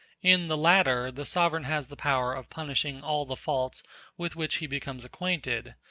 in the latter the sovereign has the power of punishing all the faults with which he becomes acquainted,